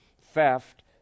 theft